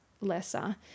lesser